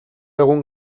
egun